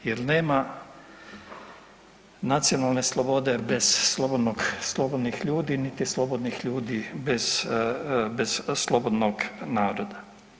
Jer nema nacionalne slobode bez slobodnih ljudi, niti slobodnih ljudi bez slobodnog naroda.